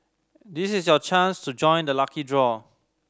this is your chance to join the lucky draw